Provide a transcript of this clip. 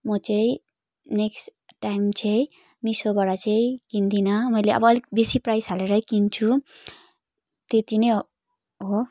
मो चाहिँ next time चाहिँ मिसोबाट चाहिँ किन्दिनँ मैले अब अलिक बेसी प्राइज हालेरै किन्छु त्यति नै हो